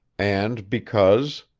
and because,